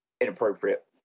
inappropriate